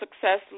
Success